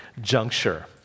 juncture